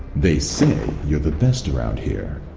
they say you're the best around here.